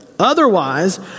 Otherwise